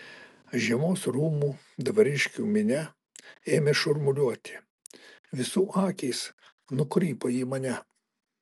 žiemos rūmų dvariškių minia ėmė šurmuliuoti visų akys nukrypo į mane